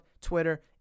Twitter